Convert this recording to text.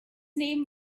name